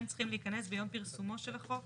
צריכים להיכנס ביום פרסומו של החוק?